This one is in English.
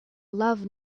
love